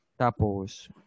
Tapos